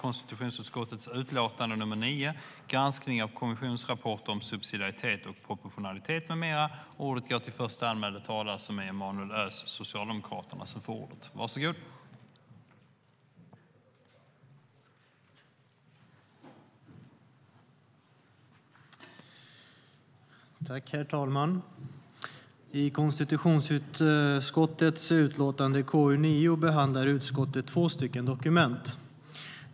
Herr talman! I konstitutionsutskottets utlåtande KU9 behandlar utskottet två dokument.